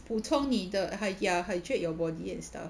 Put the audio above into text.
补充你的 hy~ ya hydrate your body and stuff